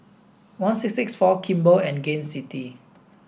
one six six four Kimball and Gain City